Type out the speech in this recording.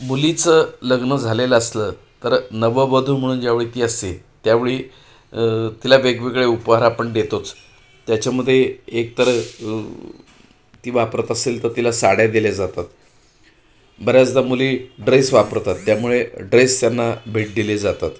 मुलीचं लग्न झालेलं असलं तर नववधू म्हणून ज्यावेळी ती असते त्यावेळी तिला वेगवेगळे उपहार आपण देतोच त्याच्यामध्ये एकतर ती वापरत असेल तर तिला साड्या दिल्या जातात बऱ्याचदा मुली ड्रेस वापरतात त्यामुळे ड्रेस त्यांना भेट दिले जातात